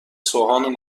سوهان